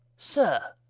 sir,